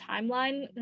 timeline